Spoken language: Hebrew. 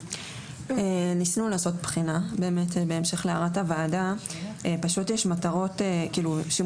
ניסינו לעשות בחינה בהמשך להערת הוועדה פשוט יש שימושים